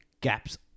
Gap's